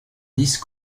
nice